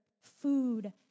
food